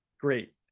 great